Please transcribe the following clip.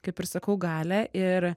kaip ir sakau galią ir